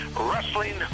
Wrestling